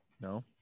No